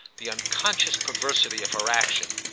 the unconscious perversity of her action.